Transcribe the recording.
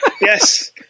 Yes